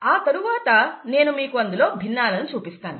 ఆ తరువాత నేను మీకు అందులో భిన్నాలను చూపిస్తాను